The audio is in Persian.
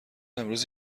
امروز